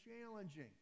challenging